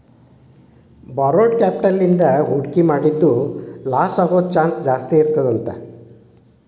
borrowed capital ಇಂದಾ ಹೂಡ್ಕಿ ಮಾಡಿದ್ದು ಲಾಸಾಗೊದ್ ಚಾನ್ಸ್ ಜಾಸ್ತೇಇರ್ತದಂತ